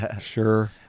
Sure